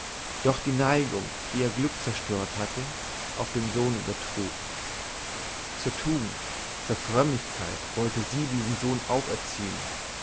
doch die neigung die ihr glück zerstört hatte auf den sohn übertrug zur tugend zur frömmigkeit wollte sie diesen sohn aufziehen